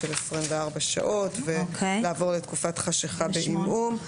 של 24 שעות ולעבור את תקופת החשיכה בעמעום.